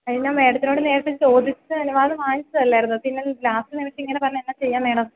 അതു ഞാൻ മേടത്തിനോടെ നേരത്തെ ചോദിച്ച് അനുവാദം വാങ്ങിച്ചതല്ലായിരുന്നോ പിന്നെ ലാസ്റ്റ് നേരത്ത് ഇങ്ങനെ പറഞ്ഞാൽ എന്നാ ചെയ്യാനാണ് മേഡം